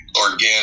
organic